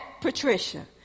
Patricia